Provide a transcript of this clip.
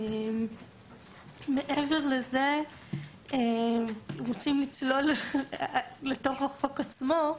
מעבר לזה, רוצים לצלול לתוך החוק עצמו?